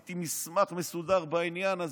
עשיתי מסמך מסודר בעניין הזה.